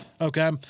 Okay